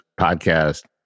podcast